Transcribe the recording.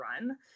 run